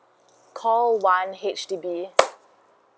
call one H_D_B